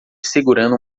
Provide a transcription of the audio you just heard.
segurando